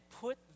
put